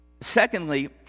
secondly